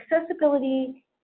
accessibility